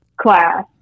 class